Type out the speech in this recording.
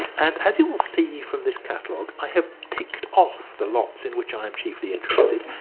and, as you will see from this catalogue, i have ticked off the lots in which i am chiefly interested,